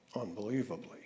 unbelievably